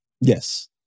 Yes